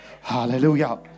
Hallelujah